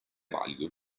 valido